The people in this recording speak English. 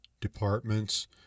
departments